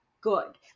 good